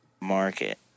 market